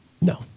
No